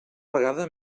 vegada